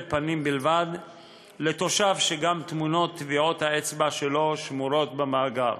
פנים בלבד לתושב שגם תמונות טביעות האצבע שלו שמורות במאגר,